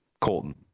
Colton